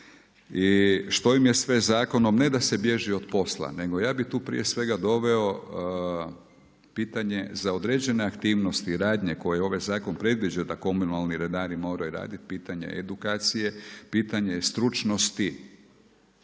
i što im je sve zakonom, ne da se bježi od posla, nego ja bi tu prije svega doveo, pitanje za određene aktivnost, radnje, koje ovaj zakon predviđa da komunalni redari moraju raditi, pitanje je edukacije, pitanje je stručnosti.